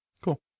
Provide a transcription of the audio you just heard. Cool